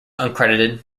uncredited